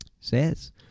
says